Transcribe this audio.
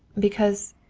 because,